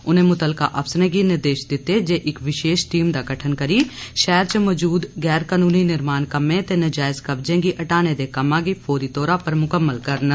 उनें मुत्तलका अफसरें गी निर्देश दिते जे इक विशेष टीम दा गठन करी शैहर च मौजूद गैर कानूनी निर्माण कम्मै ते नजैज़ कब्जे गी हटाने दे कम्में गी फौरी तौरा उप्पर मुकम्मल करन